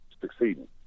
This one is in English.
succeeding